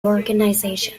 organization